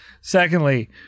Secondly